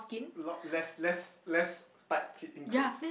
lot let's let's let's start kitting clothes